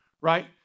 Right